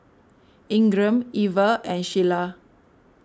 Ingram Iver and Shiela